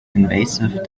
invasive